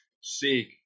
seek